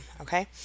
okay